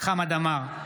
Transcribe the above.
חמד עמאר,